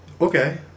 okay